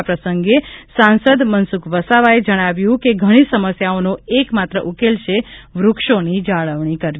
આ પ્રસંગે સાંસદ મનસુખ વસાવાએ જણાવ્યું કે ઘણી સમસ્યાઓનો એકમાત્ર ઉકેલ છે વૃક્ષોની જાળવણી કરવી